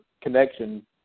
connection